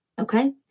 okay